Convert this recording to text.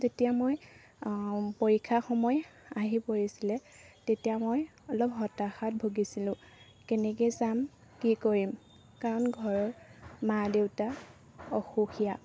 যেতিয়া মই পৰীক্ষা সময় আহি পৰিছিলে তেতিয়া মই অলপ হতাশাত ভুগিছিলোঁ কেনেকৈ যাম কি কৰিম কাৰণ ঘৰৰ মা দেউতা অসুখীয়া